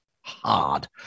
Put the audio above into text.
hard